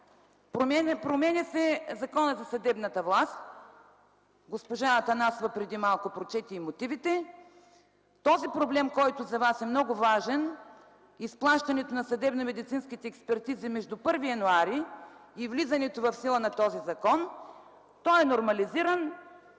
Променя се Законът за съдебната власт. Госпожа Атанасова преди малко прочете и мотивите. Този проблем, който за вас е много важен – изплащането на съдебномедицинските експертизи между 1 януари и влизането в сила на този закон, той е нормализиран